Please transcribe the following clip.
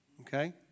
okay